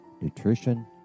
nutrition